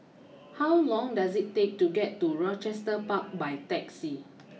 how long does it take to get to Rochester Park by taxi